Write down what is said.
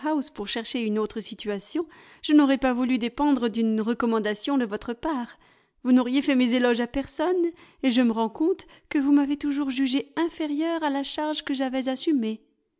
pour chercher une autre situation je n'aurais pas voulu dépendre d'une recommandation de votre part vous n'auriez fait mes éloges à personne et je me rends compte que vous m'avez toujours jugée inférieure à la charge que j'avais assumée